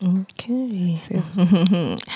Okay